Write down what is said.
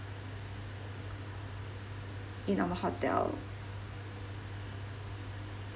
in our hotel